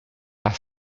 par